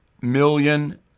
million